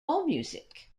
allmusic